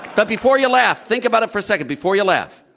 but before you laugh, think about it for a second before you laugh.